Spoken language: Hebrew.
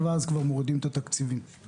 ובראשם משרד התחבורה